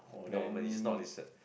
there were but it's not listed